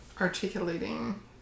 articulating